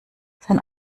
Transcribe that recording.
sein